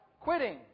quitting